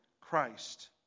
Christ